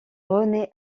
rené